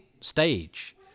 stage